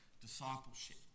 discipleship